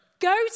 Go